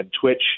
Twitch